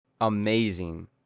amazing